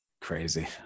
crazy